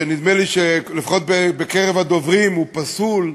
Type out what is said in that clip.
שנדמה לי שלפחות בקרב הדוברים הוא פסול,